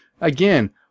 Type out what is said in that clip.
again